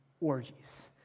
orgies